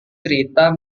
cerita